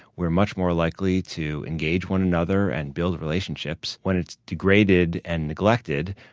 we are much more likely to engage one another and build relationships. when it's degraded and neglected,